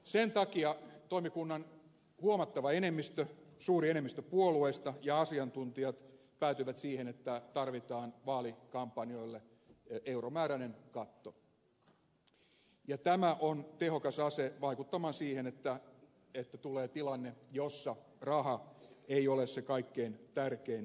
sen takia toimikunnan huomattava enemmistö suuri enemmistö puolueista ja asiantuntijat päätyivät siihen että tarvitaan vaalikampanjoille euromääräinen katto ja tämä on tehokas ase vaikuttamaan siihen että tulee tilanne jossa raha ei ole se kaikkein tärkein vaikuttava tekijä